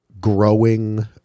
growing